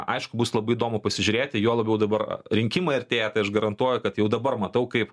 aišku bus labai įdomu pasižiūrėti juo labiau dabar rinkimai artėja tai aš garantuoju kad jau dabar matau kaip